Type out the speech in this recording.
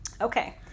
Okay